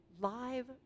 live